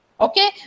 Okay